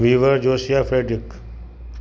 विवर जोशिया फैड्रिक